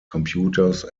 computers